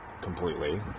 completely